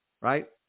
right